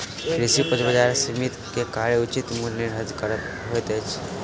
कृषि उपज बजार समिति के कार्य उचित मूल्य निर्धारित करब होइत अछि